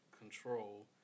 control